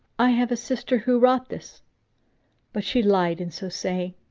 i have a sister who wrought this but she lied in so saying,